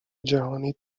جهانی